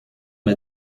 m’a